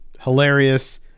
hilarious